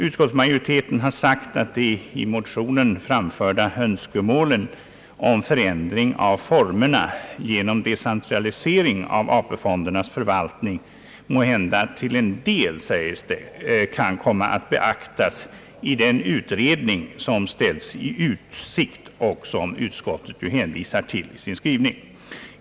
Utskottsmajoriteten anför att de i motionen framförda Önskemålen om förändring av formerna för AP-fonderna genom decentralisering av dessas förvaltning måhända till en del kan komma att beaktas vid den utredning som ställts i utsikt och som utskottet hänvisar till i sin skrivning.